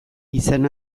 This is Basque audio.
izan